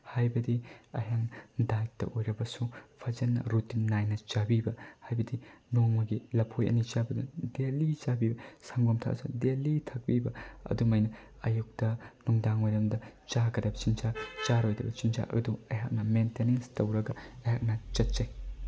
ꯍꯥꯏꯕꯗꯤ ꯑꯩꯍꯥꯛ ꯗꯥꯏꯠꯇ ꯑꯣꯏꯔꯕꯁꯨ ꯐꯖꯅ ꯔꯨꯇꯤꯟ ꯅꯥꯏꯅ ꯆꯥꯕꯤꯕ ꯍꯥꯏꯕꯗꯤ ꯅꯣꯡꯃꯒꯤ ꯂꯐꯣꯏ ꯑꯅꯤ ꯆꯥꯕꯗꯨ ꯗꯦꯜꯂꯤ ꯆꯥꯕꯤꯕ ꯁꯪꯒꯣꯝ ꯊꯛꯑꯁꯨ ꯗꯦꯜꯂꯤ ꯊꯛꯄꯤꯕ ꯑꯗꯨꯃꯥꯏꯅ ꯑꯌꯨꯛꯇ ꯅꯨꯡꯗꯥꯡꯋꯥꯏꯔꯝꯗ ꯆꯥꯒꯗꯕꯁꯤꯡ ꯆꯤꯟꯖꯥꯛ ꯆꯥꯔꯣꯏꯗꯕ ꯆꯤꯟꯖꯥꯛ ꯑꯗꯨ ꯑꯩꯍꯥꯛꯅ ꯃꯦꯟꯇꯦꯅꯦꯟꯁ ꯇꯧꯔꯒ ꯑꯩꯍꯥꯛꯅ ꯆꯠꯆꯩ